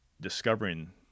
Discovering